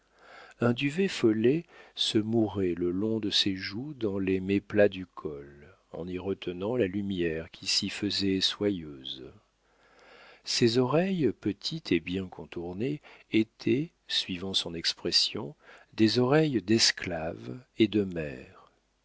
un duvet follet se mourait le long de ses joues dans les méplats du col en y retenant la lumière qui s'y faisait soyeuse ses oreilles petites et bien contournées étaient suivant son expression des oreilles d'esclave et de mère